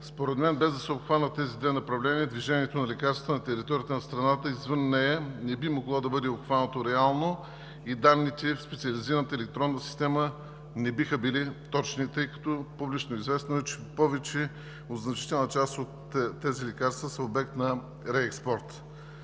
Според мен без да се обхванат тези две направления, движението на лекарства на територията на страната и извън нея, не би могло да бъде обхванато реално и данните в специализираната електронна система не биха били точни, тъй като публично известно е, че значителна част от тези лекарства са обект на реекспорт.